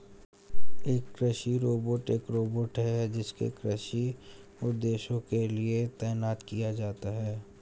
एक कृषि रोबोट एक रोबोट है जिसे कृषि उद्देश्यों के लिए तैनात किया जाता है